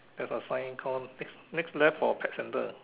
there's a sign Call next next left for pet centre